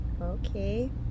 Okay